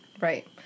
Right